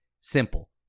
Simple